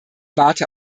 warte